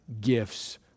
gifts